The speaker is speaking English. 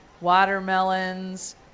watermelons